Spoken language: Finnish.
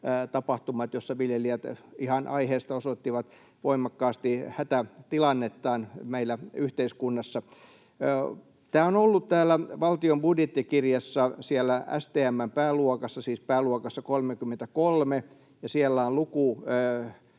tapahtumat, joissa viljelijät ihan aiheesta osoittivat voimakkaasti hätätilannettaan meillä yhteiskunnassa. Tämä on ollut täällä valtion budjettikirjassa, siellä STM:n pääluokassa, siis pääluokassa 33, ja siellä on luku